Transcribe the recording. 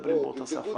מדברים באותה שפה.